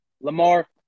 Lamar